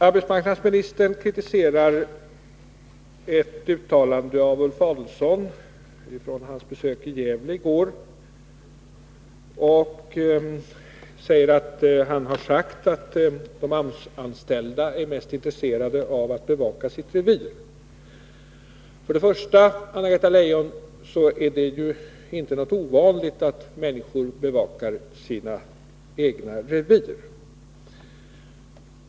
Arbetsmarknadsministern kritiserade ett uttalande av Ulf Adelsohn vid hans besök i Gävle i går. Hon påstod att han hade sagt att de AMS-anställda är mest intresserade av att bevaka sitt revir. För det första, Anna-Greta Leijon, är det inte något ovanligt att människor bevakar sina egna revir.